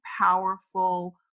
powerful